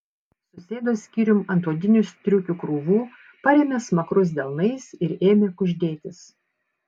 susėdo skyrium ant odinių striukių krūvų parėmė smakrus delnais ir ėmė kuždėtis